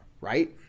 right